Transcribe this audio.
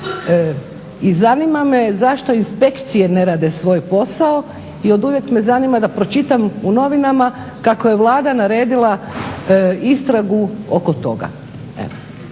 I zanima me zašto inspekcije ne rade svoj posao? I oduvijek me zanima da pročitam u novinama kako je Vlada naredila istragu oko toga.